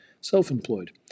self-employed